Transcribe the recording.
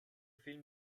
film